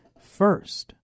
first